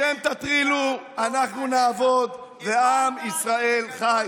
אתם תטרילו, אנחנו נעבוד, ועם ישראל חי.